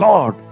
God